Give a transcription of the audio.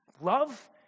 love